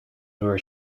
where